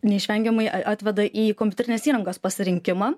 neišvengiamai atveda į kompiuterinės įrangos pasirinkimą